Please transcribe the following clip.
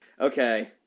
Okay